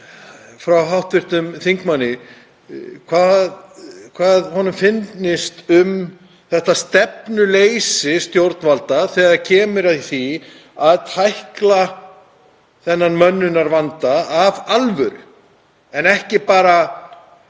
frá hv. þingmanni hvað honum finnst um stefnuleysi stjórnvalda þegar kemur að því að tækla mönnunarvandann af alvöru en ekki bara